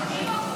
ההצבעה